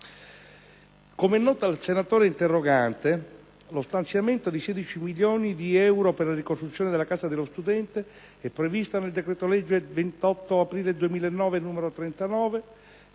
Come è noto al senatore interrogante lo stanziamento di 16 milioni di euro per la ricostruzione della Casa dello studente è previsto nel decreto legge 28 aprile 2009, n. 39,